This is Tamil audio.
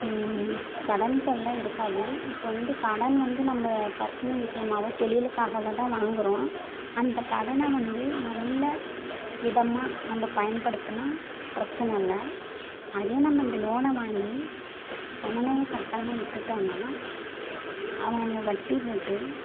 கடன் தொல்லை இருக்காது இப்போ வந்து கடன் வந்து நம்ம பர்ஸ்னல் விஷயமாகவும் தொழிக்காகவோதான் வாங்குகிறோம் அந்தக் கடனை வந்து நல்ல விதமாக நம்ம பயன்படுத்துனால் பிரச்சனை இல்லை அதே நம்ம இந்த லோனை வாங்கி தவணையை கட்டாமல் விட்டுடோனால் அவங்க வட்டி போட்டு